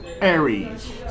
Aries